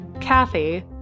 Kathy